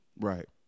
Right